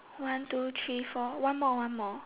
one two three four one more one more